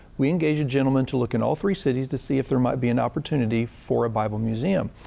we engaged a gentleman to look in all three cities to see if there might be an opportunity for a bible museum.